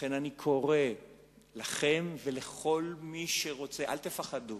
לכן אני קורא לכם, ולכל מי שרוצה: אל תפחדו.